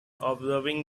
observing